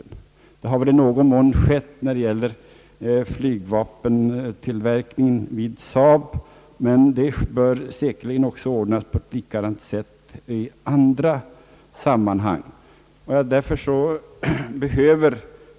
Detta har väl i någon mån skett när det gäller flygplanstillverkningen vid SAAB, men det bör säkerligen också ordnas på ett liknande sätt i andra sammanhang.